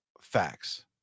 facts